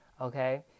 Okay